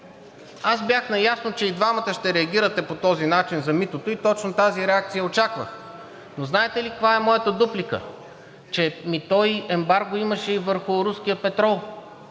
Аз бях наясно, че и двамата ще реагирате по този начин за митото и точно тази реакция очаквах. Но знаете ли каква е моята дуплика? Че мито и ембарго имаше върху руския петрол.